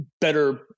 better